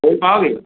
खोल पाओगे